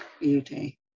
Beauty